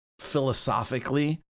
philosophically